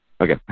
okay